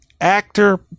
actor